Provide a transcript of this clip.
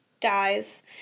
dies